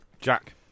Jack